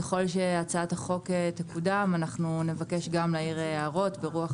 ככל שהצעת החוק תקודם אנחנו נבקש להעיר הערות ברוח